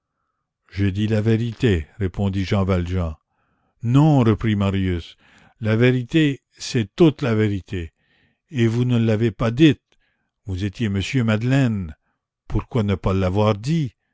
j'ai dit la vérité répondit jean valjean non reprit marius la vérité c'est toute la vérité et vous ne l'avez pas dite vous étiez monsieur madeleine pourquoi ne pas l'avoir dit